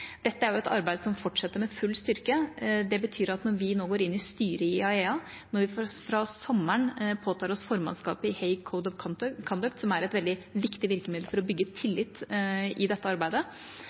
Dette er et arbeid som fortsetter med full styrke. Det betyr at når vi nå går inn styret i IAEA, når vi fra sommeren påtar oss formannskapet i Hague Code of Conduct, som er et veldig viktig virkemiddel for å bygge tillit i dette arbeidet,